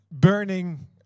burning